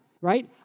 right